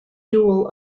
dual